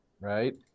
Right